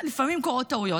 לפעמים קורות טעויות,